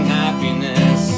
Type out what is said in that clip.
happiness